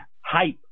hype